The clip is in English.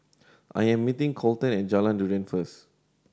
I am meeting Kolten at Jalan Durian first